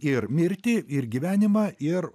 ir mirtį ir gyvenimą ir